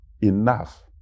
enough